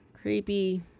creepy